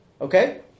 Okay